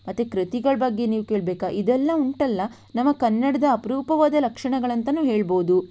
ಮತ್ತು ಕೃತಿಗಳ ಬಗ್ಗೆ ನೀವು ಕೇಳಬೇಕಾ ಇದೆಲ್ಲ ಉಂಟಲ್ಲ ನಮ್ಮ ಕನ್ನಡದ ಅಪರೂಪವಾದ ಲಕ್ಷಣಗಳು ಅಂತಲೂ ಹೇಳಬಹುದು